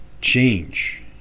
change